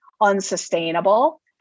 unsustainable